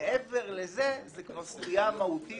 מעבר לזה, זאת כבר סטייה מהותית